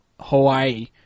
Hawaii